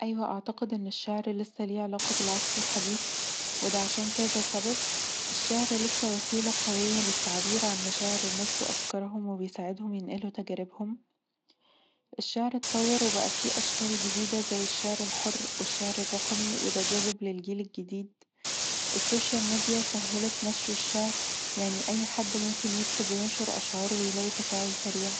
أيوه أعتقد ان الشعر لسه ليه علاقه بالعصر الحديث وده عشان كذا سبب، الشعر لسه وسيله قوية للتعبير عن مشاعر الناس وافكارهم وبيساعدهم ينقلوا تجاربهم، الشعر اتطور وبقي فيه اشكال جديده زي الشعر الحر والشعر الرقمي وده جاذب للجيل الجديد، السوشيال ميديا سهلت نشر الشعر يعني اي حد ممكن يكتب وينشر أشعاره ويلاقي تفاعل سريع